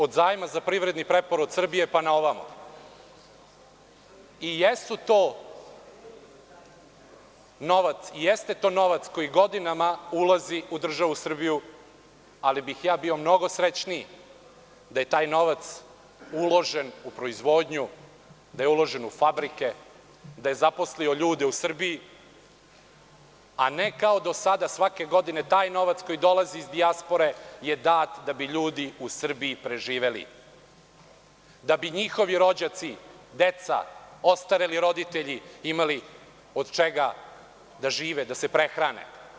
Od zajma za privredni preporod Srbije pa naovamo i to jeste novac koji godinama ulazi u državu Srbiju, ali bih ja bio mnogo srećniji, da je taj novac uložen u proizvodnju, u fabrike, da je zaposlio ljude u Srbiji, a ne kao do sada svake godine taj novac koji dolazi iz dijaspore je dat da bi ljudi u Srbiji preživeli, da bi njihovi rođaci, deca, ostareli roditelji imali od čega da žive i da se prehrane.